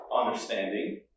understanding